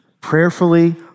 prayerfully